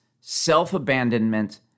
self-abandonment